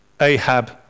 Ahab